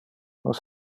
nos